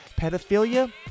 pedophilia